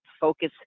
focus